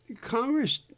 Congress